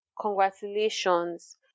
congratulations